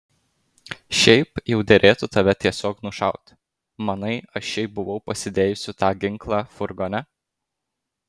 šiaip jau derėtų tave tiesiog nušauti manai aš šiaip buvau pasidėjusi tą ginklą furgone